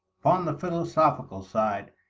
upon the philosophical side,